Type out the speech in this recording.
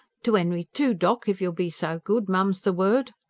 to enry, too, doc, if you'll be so good, mum's the word!